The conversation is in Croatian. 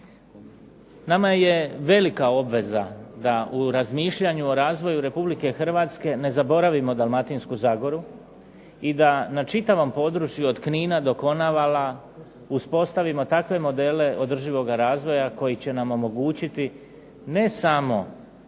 Nama je velika obveza da u razmišljanju o razvoju Republike Hrvatske ne zaboravimo Dalmatinsku zagoru, i da na čitavom području od Knina do Konavala uspostavimo takve modele održivog razvoja koji će nam omogućiti ne samo